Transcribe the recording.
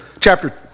chapter